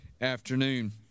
afternoon